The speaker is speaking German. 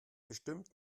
bestimmt